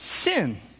sin